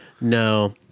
no